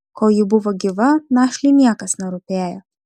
kol ji buvo gyva našliui niekas nerūpėjo